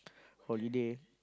holiday